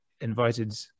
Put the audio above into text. invited